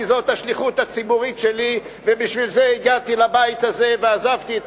כי זאת השליחות הציבורית שלי ובשביל זה הגעתי לבית הזה ועזבתי את